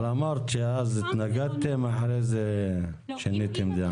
אבל אמרת שאז התנגדתם ואחרי כן שיניתם דעה.